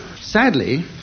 Sadly